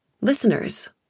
Listeners